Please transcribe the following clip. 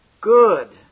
good